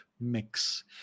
mix